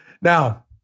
Now